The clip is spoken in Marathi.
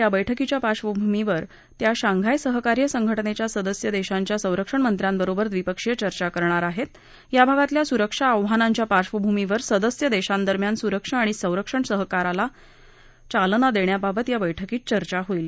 या बैठकीच्या पार्श्वभूमीवर त्या शाधाय सहकार्य संघटनच्या सदस्य दर्घाच्या संरक्षणमंत्र्यांनबरोबर द्विपक्षीय चर्चा करणार आहर्त या भागातल्या सुरक्षा आव्हांनाच्या पार्डभूमीवर सदस्य दक्षोदरम्यान सुरक्षा आणि संरक्षण सहकारला चालना दक्षाबाबत या बैठकीत चर्चा हाईल